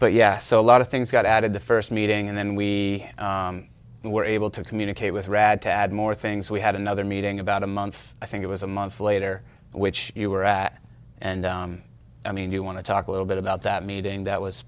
but yes a lot of things got out of the first meeting and then we were able to communicate with rad to add more things we had another meeting about a month i think it was a month later which you were and i mean you want to talk a little bit about that meeting that was